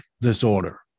disorder